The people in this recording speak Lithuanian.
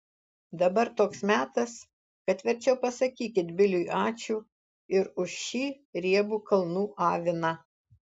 dabar toks metas kad verčiau pasakykit biliui ačiū ir už šį riebų kalnų aviną